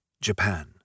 Japan